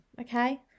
okay